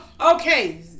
Okay